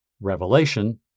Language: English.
Revelation